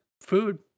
Food